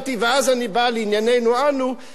ואז אני בא לענייננו שלנו,